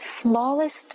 smallest